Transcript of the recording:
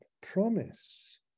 promise